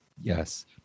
Yes